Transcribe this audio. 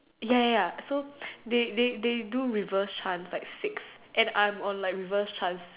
ya ya ya so they they they do reverse chant like six and I'm on like reverse chant